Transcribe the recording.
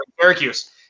Syracuse